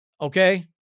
Okay